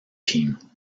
team